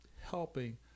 helping